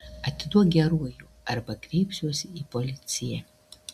atiduok geruoju arba kreipsiuosi į policiją